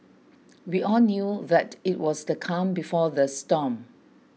we all knew that it was the calm before the storm